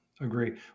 agree